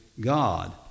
God